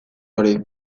hori